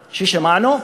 ששמענו,